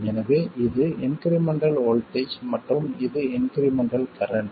எனவே இது incremental voltage மற்றும் இது இன்க்ரிமெண்டல் கரண்ட்